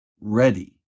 ready